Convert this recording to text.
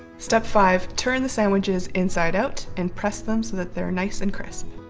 step five. turn the sandwiches inside out and press them so that they're nice and crisp.